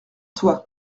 toi